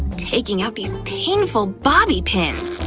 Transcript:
taking out these painful bobby pins!